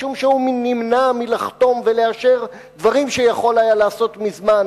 משום שהוא נמנע מלחתום ולאשר דברים שיכול היה לעשות מזמן